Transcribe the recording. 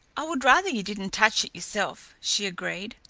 i would rather you didn't touch it yourself, she agreed.